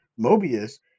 Mobius